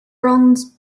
bronze